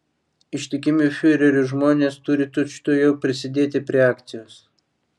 ištikimi fiureriui žmonės turi tučtuojau prisidėti prie akcijos